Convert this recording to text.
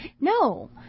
No